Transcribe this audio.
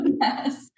yes